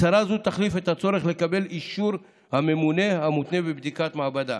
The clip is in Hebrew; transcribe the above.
הצהרה זו תחליף את הצורך לקבל את אישור הממונה המותנה בבדיקת מעבדה.